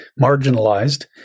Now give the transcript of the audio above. marginalized